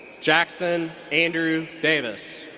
jackson andrew davis.